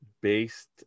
based